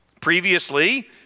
Previously